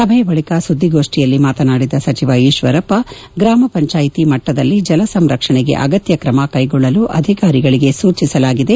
ಸಭೆಯ ಬಳಕ ಸುದ್ದಿಗೋಷ್ಠಿಯಲ್ಲಿ ಮಾತನಾಡಿದ ಸಚಿವ ಈತ್ವರಪ್ಪ ಗ್ರಾಮ ಪಂಚಾಯಿತಿ ಮಟ್ಟದಲ್ಲಿ ಜಲಸಂರಕ್ಷಣೆಗೆ ಅಗತ್ಯ ತ್ರಮ ಕೈಗೊಳ್ಳಲು ಅಧಿಕಾರಿಗಳಿಗೆ ಸೂಚಿಸಲಾಗಿದೆ